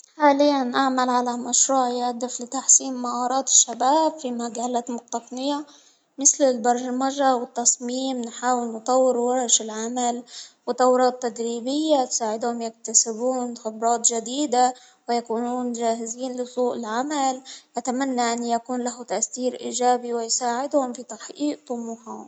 حاليا أعمل على مشروع يهدف إلي تحسين مهارات الشباب في مجلة التقنية، مثل البرمجة والتصميم نحاول نطور ورش العمل، ودورات تدريبية تساعدهم يكتسبون خبرات جديدة، ويكونون جاهزين لسوء العمل أتمني يكون له تأثير إيجابي ويساعدهم في تحقيق طموحهم.